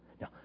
Now